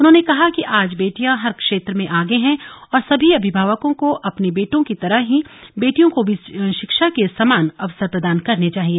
उन्होंने कहा कि आज बेटियां हर क्षेत्र में आगे है और सभी अभिमावकों को अपने बेटों की तरह ही बेटियों को भी शिक्षा के समान अवसर प्रदान करने चाहिए